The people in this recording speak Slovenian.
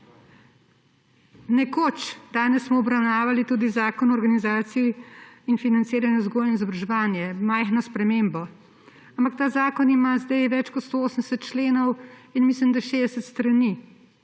Danes smo obravnavali tudi Zakon o organizaciji in financiranju vzgoje in izobraževanja, majhno spremembo, ampak ta zakon ima zdaj več kot 180 členov in mislim da 60 strani.